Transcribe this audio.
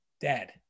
dad